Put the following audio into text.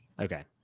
Okay